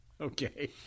Okay